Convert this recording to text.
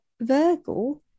Virgo